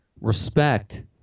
Respect